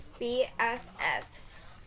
BFFs